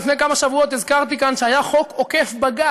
לפני כמה שבועות הזכרתי כאן שהיה חוק עוקף-בג"ץ